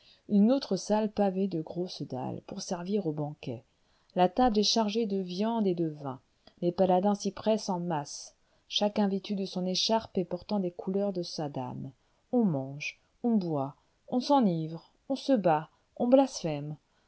une autre salle pavée de grosses dalles pour servir aux banquets la table est chargée de viandes et de vins les paladins s'y pressent en masse chacun vêtu de son écharpe et portant les couleurs de sa dame on mange on boit on s'enivre on se bat on blasphème